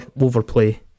overplay